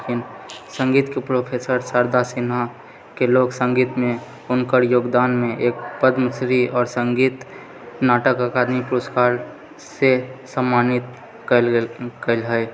अखन संगीतके प्रोफेसर शारदा सिन्हाके लोक संगीतमे हुनकर योगदानमे एक पद्मश्री आओर संगीत नाटक अकादमी पुरस्कारसे सम्मानित कयल गेल हय